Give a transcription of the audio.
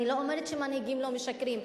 אני לא אומרת שמנהיגים לא משקרים.